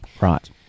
Right